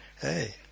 Hey